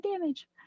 damage